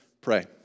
pray